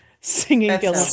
singing